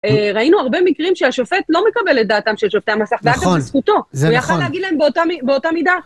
ראינו הרבה מקרים שהשופט לא מקבל את דעתם של שופטי המסך, ואגב זאת זכותו, הוא יכול להגיד להם באותה מידה